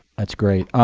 that's great.